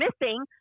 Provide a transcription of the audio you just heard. missing